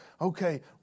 okay